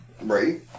Right